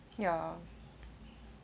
ya